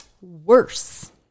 worse